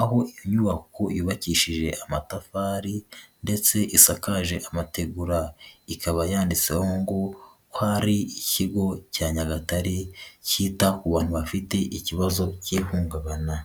aho inyubako yubakishije amatafari ndetse isakaje amategura. Ikaba yanditseho ngo ko ari ikigo cya Nyagatare cyita ku bantu bafite ikibazo cy'ihungabana.